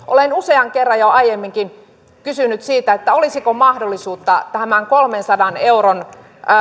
olen usean kerran jo aiemminkin kysynyt siitä olisiko mahdollisuutta tämän kolmensadan euron